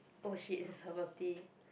oh shit it's her birthday